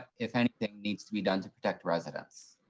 if anything, needs to be done to protect residents.